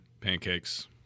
Pancakes